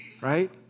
right